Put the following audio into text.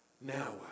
Now